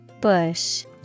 Bush